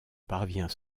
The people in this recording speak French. parvient